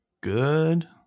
good